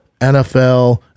NFL